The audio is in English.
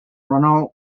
renault